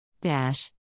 Dash